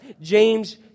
James